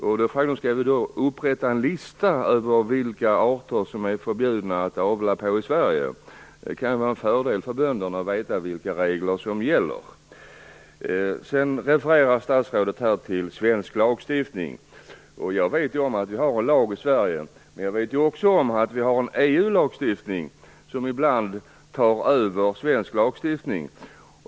Frågan är om vi skall upprätta en lista över vilka arter som är förbjudna att avla på i Sverige. Det kan ju vara en fördel för bönderna att veta vilka regler som gäller. Sedan refererar statsrådet till svensk lagstiftning. Jag vet ju om att vi har en lag i Sverige. Men jag vet också om att vi har en EU-lagstiftning som ibland tar över svensk lagstiftning.